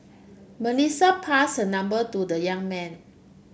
Melissa passed her number to the young man